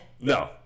No